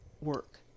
work